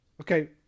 Okay